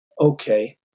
Okay